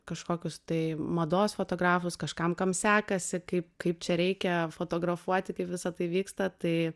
kažkokius tai mados fotografus kažkam kam sekasi kaip kaip čia reikia fotografuoti kaip visa tai vyksta tai